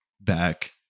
back